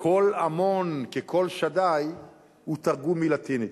"קול המון כקול שדי" הוא תרגום מלטינית.